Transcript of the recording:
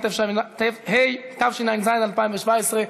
התשע"ז 2017,